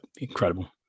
incredible